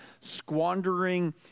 squandering